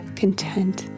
content